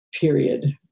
period